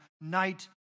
night